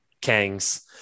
Kang's